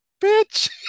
bitch